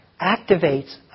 activates